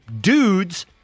dudes